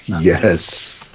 Yes